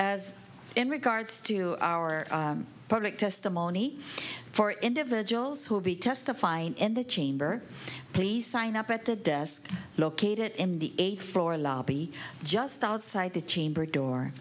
as in regards to our public testimony for individuals who will be testifying in the chamber please sign up at the desk located in the eighth floor lobby just outside the chamber door